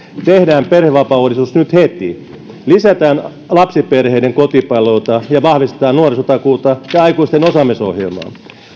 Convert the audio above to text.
tehdään perhevapaauudistus nyt heti lisätään lapsiperheiden kotipalveluita ja vahvistetaan nuorisotakuuta ja nuorten aikuisten osaamisohjelmaa